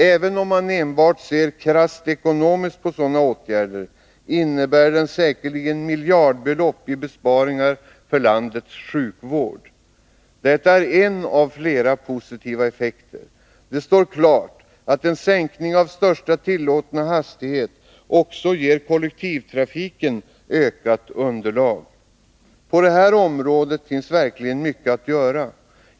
Även om man enbart ser krasst ekonomiskt på sådana åtgärder innebär de säkerligen miljardbelopp i besparingar för landets sjukvård. Detta är en av flera positiva effekter. Det står klart att en sänkning av högsta tillåtna hastighet också ger kollektivtrafiken ökat underlag. På detta område finns verkligen mycket att göra.